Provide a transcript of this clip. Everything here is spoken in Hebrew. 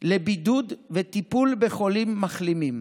לבידוד וטיפול בחולים מחלימים.